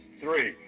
three